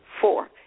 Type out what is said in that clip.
four